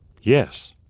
Yes